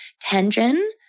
tension